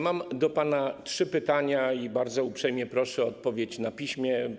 Mam do pana trzy pytania i bardzo uprzejmie proszę o odpowiedź na piśmie.